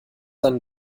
dann